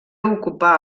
ocupà